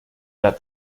that